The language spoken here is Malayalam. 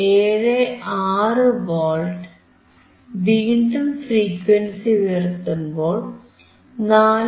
76 വോൾട്ട് വീണ്ടും ഫ്രീക്വൻസി ഉയർത്തുമ്പോൾ 4